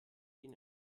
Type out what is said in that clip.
denen